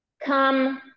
Come